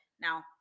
Now